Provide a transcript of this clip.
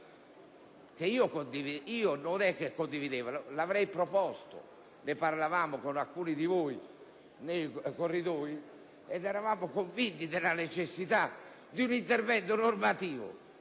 il decreto-legge; io l'avrei proposto. Ne parlavo con alcuni di voi nei corridoi, ed eravamo convinti della necessità di un intervento normativo